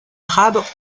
arabes